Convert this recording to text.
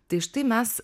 tai štai mes